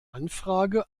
anfrage